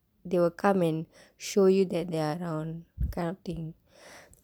they will come and show you that they're around kind of thing